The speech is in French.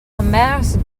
commerce